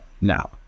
now